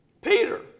Peter